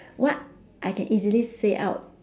what I can easily say out